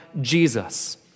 Jesus